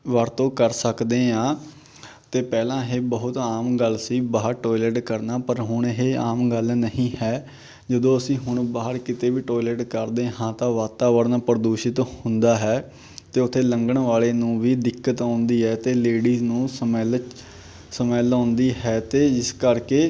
ਵਰਤੋਂ ਕਰ ਸਕਦੇ ਹਾਂ ਅਤੇ ਪਹਿਲਾਂ ਇਹ ਬਹੁਤ ਆਮ ਗੱਲ ਸੀ ਬਾਹਰ ਟੋਇਲੇਟ ਕਰਨਾ ਪਰ ਹੁਣ ਇਹ ਆਮ ਗੱਲ ਨਹੀਂ ਹੈ ਜਦੋਂ ਅਸੀਂ ਹੁਣ ਬਾਹਰ ਕਿਤੇ ਵੀ ਟੋਇਲੇਟ ਕਰਦੇ ਹਾਂ ਤਾਂ ਵਾਤਾਵਰਨ ਪ੍ਰਦੂਸ਼ਿਤ ਹੁੰਦਾ ਹੈ ਅਤੇ ਉੱਥੇ ਲੰਘਣ ਵਾਲੇ ਨੂੰ ਵੀ ਦਿੱਕਤ ਆਉਂਦੀ ਹੈ ਅਤੇ ਲੇਡੀਜ ਨੂੰ ਸਮੈਲ ਸਮੈਲ ਆਉਂਦੀ ਹੈ ਅਤੇ ਇਸ ਕਰਕੇ